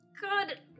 God